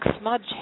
smudge